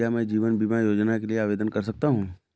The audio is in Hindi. क्या मैं जीवन बीमा योजना के लिए आवेदन कर सकता हूँ?